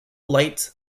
lights